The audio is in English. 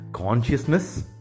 consciousness